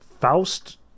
Faust